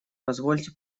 позвольте